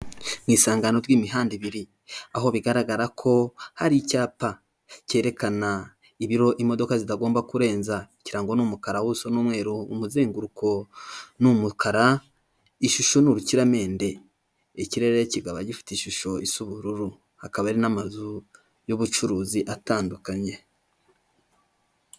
Mu isangano ry'imihanda ibiri aho bigaragara ko hari icyapa cyerekana ibiro imodoka zitagomba kurenza, ikirango ni umukara, ubuso ni umweru, umuzenguruko ni umukara, ishusho ni urukiramende, ikirere kikaba gifite ishusho isa ubururu, hakaba hari n'amazu y'ubucuruzi atandukanye.